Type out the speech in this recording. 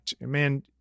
man